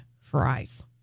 fries